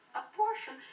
abortion